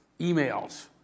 emails